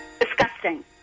Disgusting